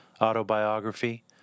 autobiography